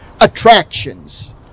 attractions